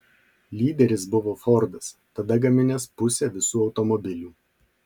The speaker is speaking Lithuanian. lyderis buvo fordas tada gaminęs pusę visų automobilių